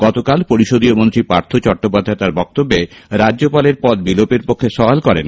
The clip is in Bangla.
গতকাল পরিষদীয় মন্ত্রী পার্থ চট্টোপাধ্যায় তাঁর বক্তব্যে রাজ্যপালের পদ বিলোপের পক্ষে সওয়াল করেন